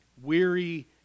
weary